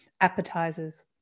appetizers